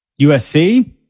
USC